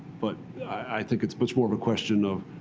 but i think it's much more of a question of,